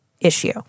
issue